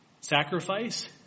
sacrifice